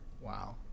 Wow